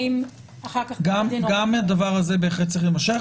האם אחר כך --- גם הדבר הזה בהחלט צריך להימשך.